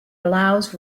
allows